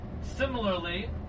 similarly